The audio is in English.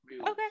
Okay